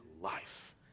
life